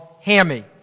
Hammy